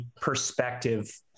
perspective